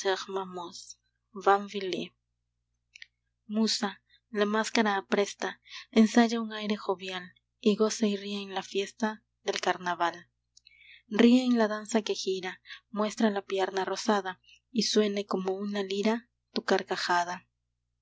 banville musa la máscara apresta ensaya un aire jovial y goza y ríe en la fiesta del carnaval ríe en la danza que gira muestra la pierna rosada y suene como una lira tu carcajada